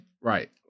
Right